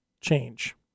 change